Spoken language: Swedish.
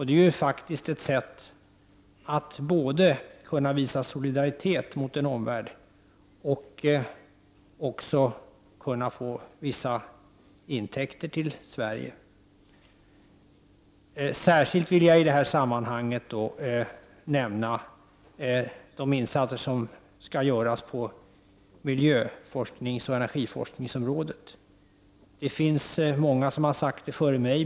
Det är faktiskt ett sätt att både visa solidaritet mot omvärlden och få vissa intäkter till Sverige. Särskilt vill jag i det här sammanhanget nämna de insatser som skall göras på miljöforskningsoch energiforskningsområdet. Det är många som har sagt detta före mig.